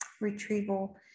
retrieval